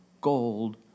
gold